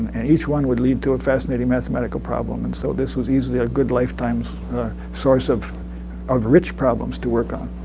and each one would lead to a fascinating mathematical problem. and so this was easily a good lifetime so source of of rich problems to work on.